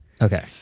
Okay